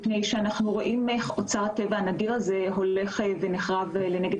אנחנו רואים איך אוצר הטבע הנדיר הולך ונחרב לנגד